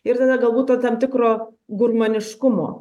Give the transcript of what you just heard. ir tada galbūt to tam tikro gurmaniškumo